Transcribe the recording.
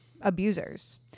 abusers